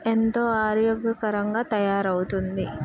ఎంతో ఆరోగ్యకరంగా తయారవుతుంది